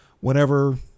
whenever